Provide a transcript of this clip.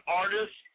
artist